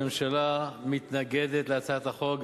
הממשלה מתנגדת להצעת החוק,